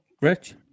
Rich